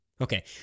Okay